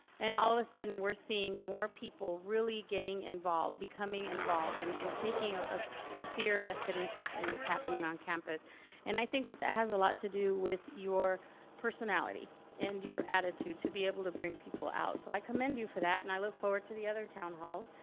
and all of the sudden we're seeing more people really getting involved, becoming involved and and taking ah a sincere vested interest in what's happening on campus and i think that that has a lot to do with your personality and your attitude to be able to bring people out so i commend you for that and i look forward to the other town halls.